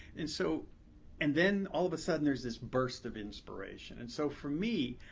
and so and then all of a sudden there is this burst of inspiration. and so, for me,